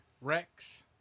Rex